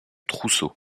trousseau